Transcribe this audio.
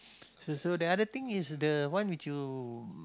so so the other thing is the one which you